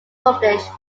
published